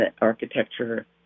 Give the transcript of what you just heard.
architecture